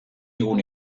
gune